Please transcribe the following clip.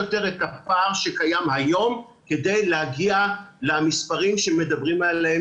יותר את הפער שקיים היום כדי להגיע למספרים שמדברים עליהם